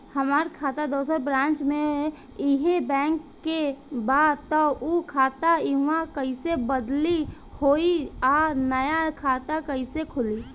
हमार खाता दोसर ब्रांच में इहे बैंक के बा त उ खाता इहवा कइसे बदली होई आ नया खाता कइसे खुली?